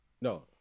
no